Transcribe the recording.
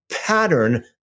pattern